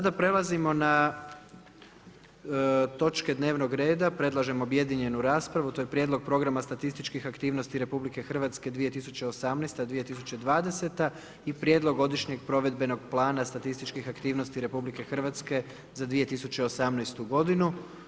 Sada prelazimo na točke dnevnog reda, predlažem objedinjenju raspravu, to je: - Prijedlog programa statističkih aktivnosti RH 2018.-2020. i - Prijedlog godišnjeg provedbenog plana statističkih aktivnosti RH za 2018. godinu.